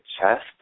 chest